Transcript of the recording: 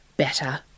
better